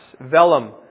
vellum